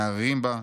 מהרהרים בה,